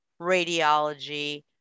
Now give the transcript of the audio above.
radiology